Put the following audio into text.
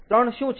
3 શું છે